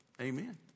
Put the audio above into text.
Amen